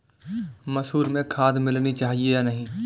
मसूर में खाद मिलनी चाहिए या नहीं?